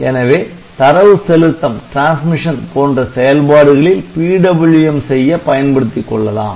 எனவே தரவு செலுத்தம் போன்ற செயல்பாடுகளில் PWM செய்ய பயன்படுத்திக்கொள்ளலாம்